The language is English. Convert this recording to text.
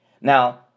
Now